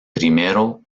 primero